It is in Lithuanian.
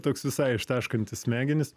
toks visai ištaškantis smegenis